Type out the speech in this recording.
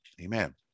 Amen